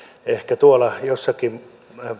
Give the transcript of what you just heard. ehkä tuolla jossakin